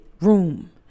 Room